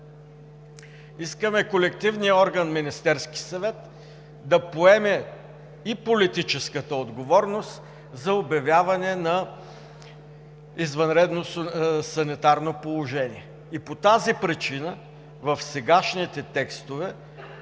искаме колективният орган Министерски съвет да поеме и политическата отговорност за обявяване на извънредно санитарно положение. И по тази причина в сегашните текстове